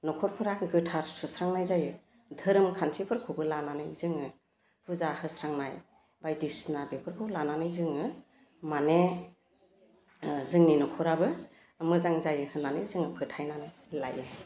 नखरफोरा गोथार सुस्रांनाय जायो धोरोम खान्थिफोरखौबो लानानै जोङो फुजा होस्रांनाय बायदिसिना बेफोरखौ लानानै जोङो माने ओह जोंनि नख'राबो मोजां जायो होननानै जोङो फोथायनानै लायो